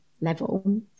level